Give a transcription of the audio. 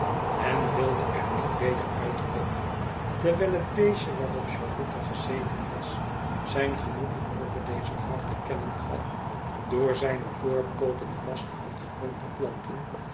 en wilde er niet weder uitkomen terwijl het beestje waarop charlotte gezeien was zijn genoegen over deze grap te kennen gaf door zijne voorpooten vast op den grond te planten